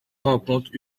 rencontre